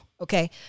Okay